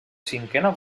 cinquena